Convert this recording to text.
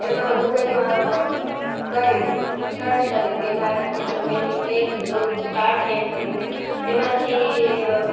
એમાં ગુગલમાં કર્યું સર્ચ કર્યું કે મારે આ ચિત્ર પેંટિંગ કઈ રીતે દોરવું સ્ટાર્ટ કેમ કરવું એમાંથી